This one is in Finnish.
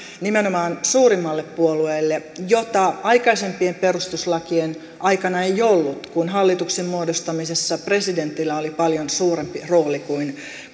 nimenomaan suurimmalle puolueelle mitä aikaisempien perustuslakien aikana ei ollut kun hallituksen muodostamisessa presidentillä oli paljon suurempi rooli kuin